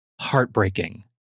heartbreaking